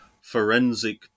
forensic